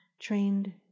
trained